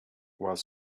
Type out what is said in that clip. while